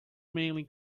mainly